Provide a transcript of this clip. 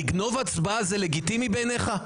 לגנוב הצבעה זה לגיטימי בעיניך?